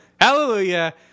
hallelujah